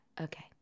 Okay